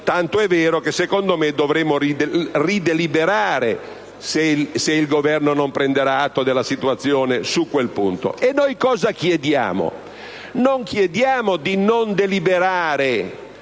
tant'è vero che secondo me dovremmo rideliberare, se il Governo non prenderà atto della situazione, su quel punto. E noi cosa chiediamo? Non chiediamo di non deliberare,